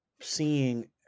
seeing